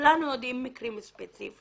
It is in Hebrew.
וכולנו יודעים על מקרם ספציפיים.